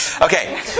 Okay